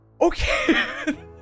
Okay